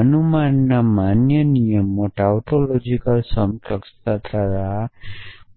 અનુમાનના માન્ય નિયમો ટાઉટોલોજિકલ સમકક્ષતા દ્વારા